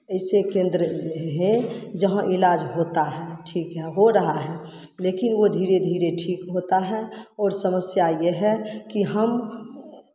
ऐसे केन्द्र ये हैं जहाँ इलाज होता है ठीक यह हो रहा है लेकिन वो धीरे धीरे ठीक होता है ओर समस्या ये है कि हम